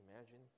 imagine